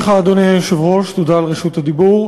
תודה לך, אדוני היושב-ראש, תודה על רשות הדיבור.